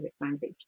advantage